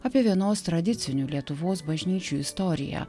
apie vienos tradicinių lietuvos bažnyčių istoriją